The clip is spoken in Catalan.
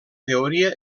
teoria